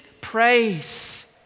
praise